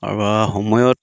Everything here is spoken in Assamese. আৰু সময়ত